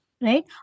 right